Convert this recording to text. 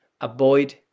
Avoid